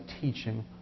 teaching